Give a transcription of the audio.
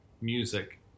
music